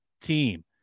Team